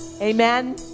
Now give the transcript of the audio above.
Amen